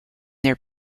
their